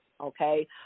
Okay